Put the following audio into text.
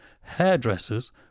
hairdressers